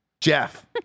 Jeff